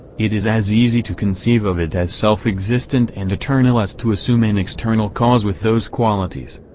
it is as easy to conceive of it as self-existent and eternal as to assume an external cause with those qualities.